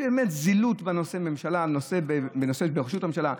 זה באמת זילות של הממשלה והנושא בראשות הממשלה,